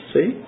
See